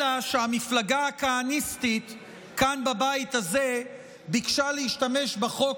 אלא שהמפלגה הכהניסטית כאן בבית הזה ביקשה להשתמש בחוק